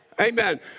Amen